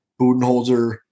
Budenholzer